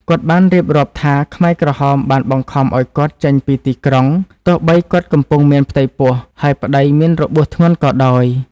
គាត់បានរៀបរាប់ថា ខ្មែរក្រហមបានបង្ខំឱ្យគាត់ចេញពីទីក្រុង ទោះបីគាត់កំពុងមានផ្ទៃពោះ ហើយប្តីមានរបួសធ្ងន់ក៏ដោយ។